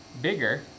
bigger